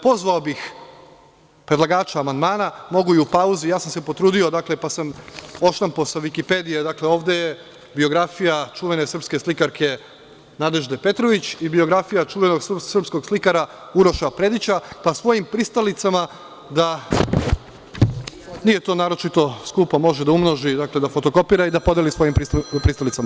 Pozvao bih predlagača amandmana, mogu i u pauzi, ja sam se potrudio pa sam odštampao sa Vikipedije, ovde je biografija čuvene srpske slikarke Nadežde Petrović i biografija čuvenog srpskog slikara Uroša Predića, pa svojim pristalicama, nije to naročito skupo, može da umnoži, da fotokopira i da podeli svojim pristalicama.